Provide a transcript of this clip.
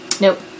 Nope